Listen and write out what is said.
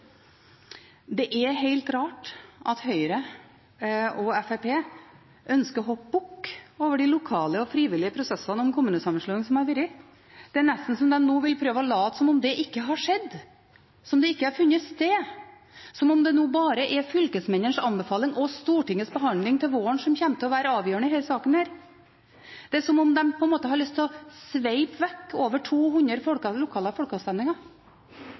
Det er helt rart at Høyre og Fremskrittspartiet ønsker å hoppe bukk over de lokale og frivillige prosessene om kommunesammenslåing som har vært. Det er nesten som om de nå vil late som at det ikke har skjedd, som at det ikke har funnet sted, som at det nå bare er fylkesmennenes anbefaling og Stortingets behandling til våren som kommer til å være avgjørende i denne saken. Det er som om de på en måte har lyst til å sveipe vekk over 200